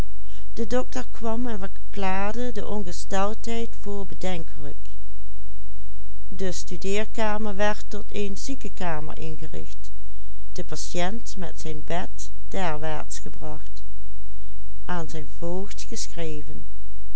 werd tot een ziekekamer ingericht de patiënt met zijn bed derwaarts gebracht aan zijn voogd geschreven